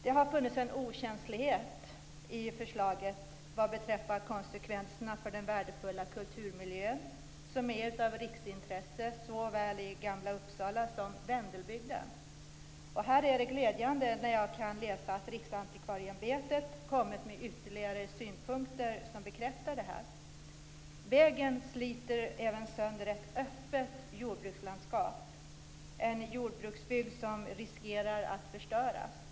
Det har funnits en okänslighet i förslaget vad beträffar konsekvenserna för den värdefulla kulturmiljön, såväl i gamla Uppsala som i Vendelbygden, som är av riksintresse. Det är glädjande att jag kan läsa att Riksantikvarieämbetet har kommit med ytterligare synpunkter som bekräftar det här. Vägen sliter även sönder ett öppet jordbrukslandskap. En jordbruksbygd riskerar att förstöras.